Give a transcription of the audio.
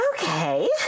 Okay